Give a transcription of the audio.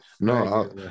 No